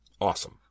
awesome